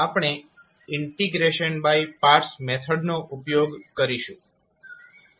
આપણે integration by parts method નો ઉપયોગ કરીશું